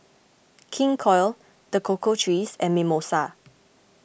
King Koil the Cocoa Trees and Mimosa